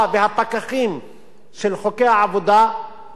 של חוקי העבודה לא עושים את מלאכתם.